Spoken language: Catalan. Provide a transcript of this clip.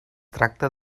tracta